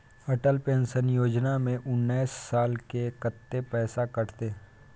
Atal pension Yojana में उनैस साल के कत्ते पैसा कटते?